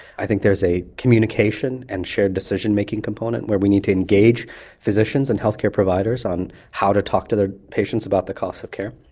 i think there's a communication and shared decision-making component where we need to engage physicians and healthcare providers on how to talk to their patients about the costs of care.